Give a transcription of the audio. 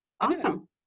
Awesome